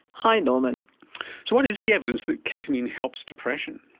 hi norman. so what is the evidence that ketamine helps depression?